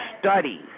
study